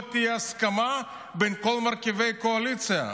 תהיה הסכמה בין כל מרכיבי הקואליציה.